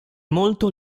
molto